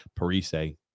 Parise